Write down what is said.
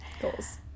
Goals